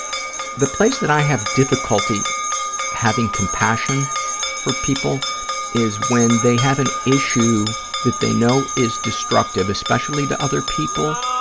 the place that i have difficulty having compassion for people is when they have an issue that they know is destructive, especially to other people,